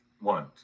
One